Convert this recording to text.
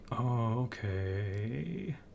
okay